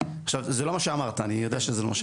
זה לא מה שאמרת, אני יודע שזה לא.